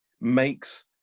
makes